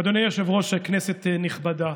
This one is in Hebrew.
אדוני היושב-ראש, כנסת נכבדה,